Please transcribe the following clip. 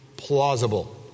plausible